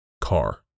car